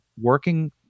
working